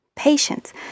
patience